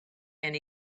and